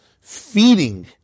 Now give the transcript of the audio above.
feeding